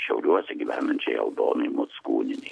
šiauliuose gyvenančiai aldonai mockūnienei